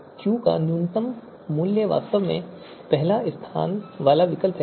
तो क्यू का न्यूनतम मूल्य वास्तव में पहला स्थान वाला विकल्प है